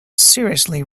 seriously